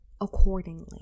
accordingly